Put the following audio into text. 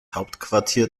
hauptquartier